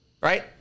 Right